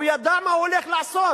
הוא ידע מה הוא הולך לעשות.